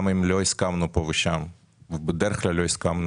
גם אם לא הסכמנו פה ושם, בדרך כלל לא הסכמנו,